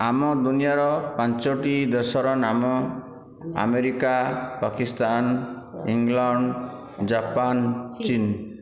ଆମ ଦୁନିଆର ପାଞ୍ଚୋଟି ଦେଶର ନାମ ଆମେରିକା ପାକିସ୍ତାନ ଇଂଲଣ୍ଡ ଜାପାନ ଚୀନ